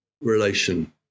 relation